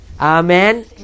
Amen